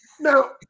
Now